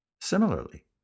Similarly